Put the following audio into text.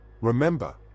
Remember